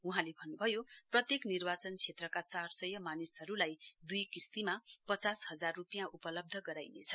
वहाँले भन्न्भयो प्रत्येक निर्वाचन क्षेत्रका चार सय मानिसहरूलाई द्इ किश्तीमा पचास हजार रूपियाँ उपलब्ध गराइनेछ